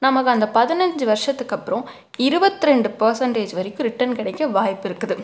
நமக்கு அந்த பதினஞ்சி வருஷத்துக்கு அப்புறோம் இருபத்து ரெண்டு பேர்சென்டேஜ் வரைக்கும் ரிட்டர்ன் கிடைக்க வாய்ப்பு இருக்குது